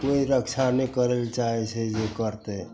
कोइ रक्षा नहि करै ले चाहे छै जे करतै